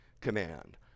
command